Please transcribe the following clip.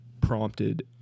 prompted